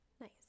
nice